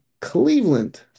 Cleveland